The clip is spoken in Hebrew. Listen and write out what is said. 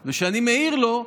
כי יושב-ראש המליאה פה,